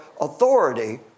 authority